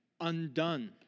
undone